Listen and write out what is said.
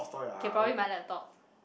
K probably my laptop